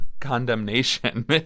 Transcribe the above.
condemnation